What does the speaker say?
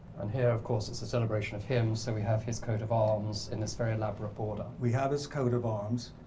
and here, of course, it's the celebration of him, so we have his coat of arms and this very elaborate border. husband we have his coat of arms.